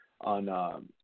on